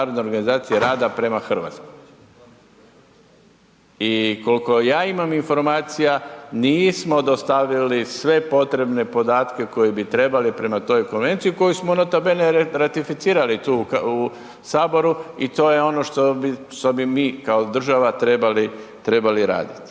organizacije rada prema RH i kolko ja imam informacija nismo dostavili sve potrebne podatke koje bi trebali prema toj konvenciji koju smo nota bene ratificirali tu u HS i to je ono što bi mi kao država trebali radit.